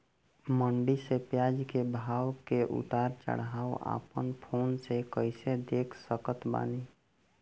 मंडी मे प्याज के भाव के उतार चढ़ाव अपना फोन से कइसे देख सकत बानी?